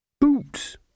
Boots